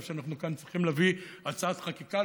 שאנחנו כאן צריכים להביא הצעת חקיקה.